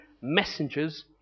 messengers